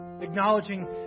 acknowledging